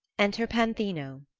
enter panthino